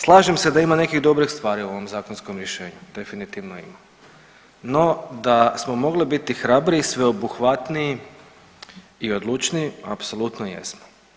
Slažem se da ima nekih dobrih stvari u ovom zakonskom rješenju, definitivno ima, no da smo mogli biti hrabriji sveobuhvatniji i odlučniji, apsolutno jesmo.